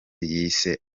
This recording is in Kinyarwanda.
yise